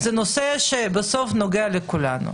הנושא הזה בסוף נוגע לכולנו.